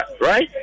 right